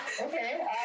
Okay